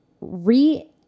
re